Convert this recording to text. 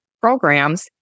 programs